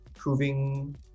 Proving